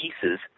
pieces